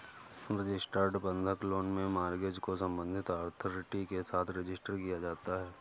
registered बंधक loan में mortgage को संबंधित अथॉरिटी के साथ रजिस्टर किया जाता है